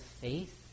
faith